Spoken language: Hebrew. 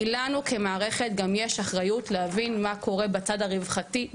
כי לנו כמערכת גם יש אחריות להבין מה קורה בצד הרווחתי,